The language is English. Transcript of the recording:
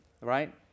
right